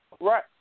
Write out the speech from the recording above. Right